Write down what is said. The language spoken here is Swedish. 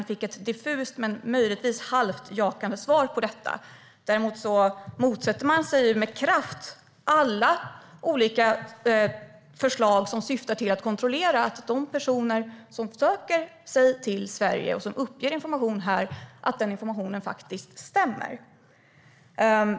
Jag fick ett diffust men möjligtvis halvt jakande svar på det. Däremot motsätter man sig, med kraft, alla olika förslag som syftar till att kontrollera att den information som personer som söker sig till Sverige uppger faktiskt stämmer.